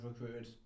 recruited